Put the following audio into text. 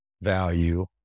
value